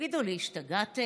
תגידו לי, השתגעתם?